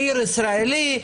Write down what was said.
בעיר ישראלית,